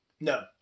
No